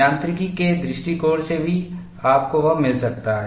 यांत्रिकी के दृष्टिकोण से भी आपको वह मिल सकता है